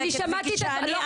אני אמרתי זרקו אותנו.